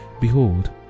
Behold